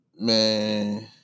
man